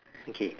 okay